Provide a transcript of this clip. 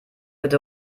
bitte